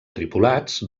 tripulats